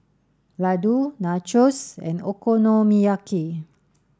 Ladoo Nachos and Okonomiyaki